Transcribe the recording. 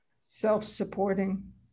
self-supporting